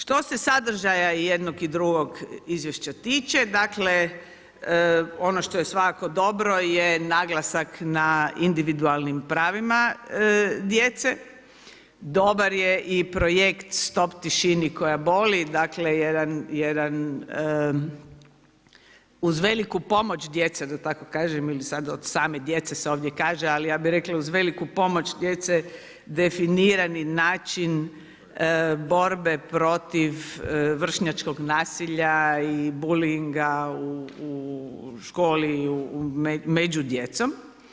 Što se sadržaja jednog i drugog izvješća, tiče, dakle ono što je svakako dobro je naglasak na individualnim pravima djece, dobar je i projekt Stop tišini koja boli, dakle jedan uz veliku pomoć djece da tako kažem ili od same djece se ovdje kaže, ali ja bi rekla uz veliku pomoć djece, definirani način borbe protiv vršnjačkog nasilja i bullinga u školi i među djecom.